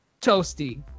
Toasty